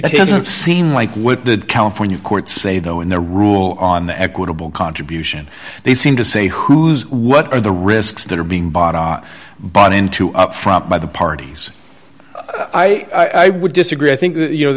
doesn't seem like what the california courts say though in their rule on the equitable contribution they seem to say who's what are the risks that are being bought bought into upfront by the parties i would disagree i think you know